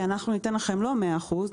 אנחנו לא ניתן לכם מאה אחוז,